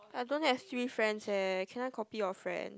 I don't have three friends eh can I copy your friend